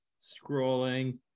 scrolling